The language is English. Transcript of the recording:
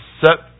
set